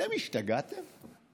אתם השתגעתם?